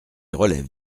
relève